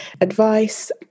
advice